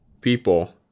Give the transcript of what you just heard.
people